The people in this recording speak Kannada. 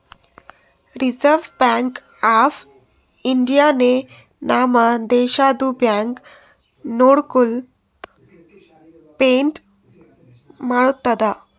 ರಿಸರ್ವ್ ಬ್ಯಾಂಕ್ ಆಫ್ ಇಂಡಿಯಾನೆ ನಮ್ ದೇಶದು ಬ್ಯಾಂಕ್ ನೋಟ್ಗೊಳ್ ಪ್ರಿಂಟ್ ಮಾಡ್ತುದ್